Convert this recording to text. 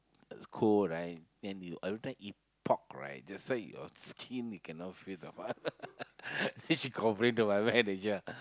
cold right then you everytime eat pork right that's why your skin cannot feel the what then she complain to my manager